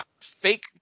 fake